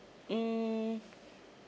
mm